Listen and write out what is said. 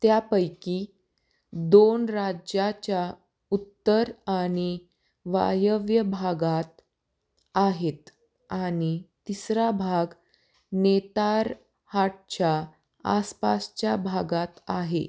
त्यांपैकी दोन राज्याच्या उत्तर आणि वायव्य भागांत आहेत आणि तिसरा भाग नेतारहाटच्या आसपासच्या भागात आहे